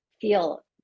feel